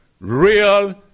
real